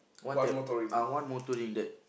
one t~ ah One-Motoring that